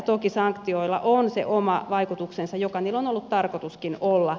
toki sanktioilla on se oma vaikutuksensa joka niillä on ollut tarkoituskin olla